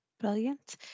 brilliant